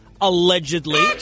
allegedly